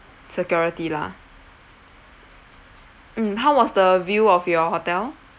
security lah mm how was the view of your hotel